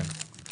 תוכלו